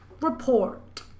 report